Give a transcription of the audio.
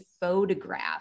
photograph